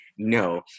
no